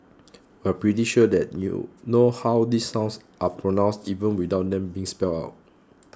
we are pretty sure you know how these sounds are pronounced even without them being spelled out